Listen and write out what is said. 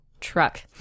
Truck